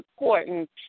important